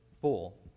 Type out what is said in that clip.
full